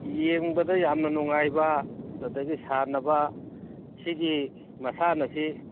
ꯌꯦꯡꯕꯗ ꯌꯥꯝꯅ ꯅꯨꯡꯉꯥꯏꯕ ꯑꯗꯨꯗꯒꯤ ꯁꯥꯟꯅꯕ ꯁꯤꯒꯤ ꯃꯁꯥꯟꯅꯁꯤ